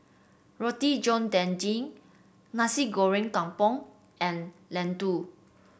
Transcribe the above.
Roti John Daging Nasi Goreng Kampung and laddu